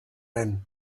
lehen